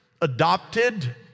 adopted